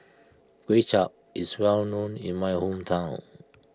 Kuay Chap is well known in my hometown